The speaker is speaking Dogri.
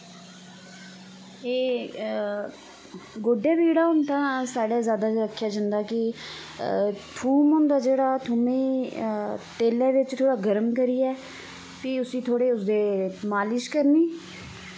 एह् गोड्डै पीड़ां होन ते साढ़े जादा आक्खेआ जंदा कि थूम होंदा जेह्ड़ा थूमै ई तेलै बिच थोह्ड़ा गर्म करियै भी उसी थोह्ड़ी जेही मालिश करनी